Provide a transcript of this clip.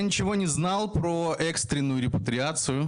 יש לו ניסיון בהפצה 24 שנה.